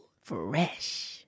Fresh